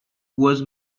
was